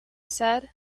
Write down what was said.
said